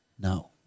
No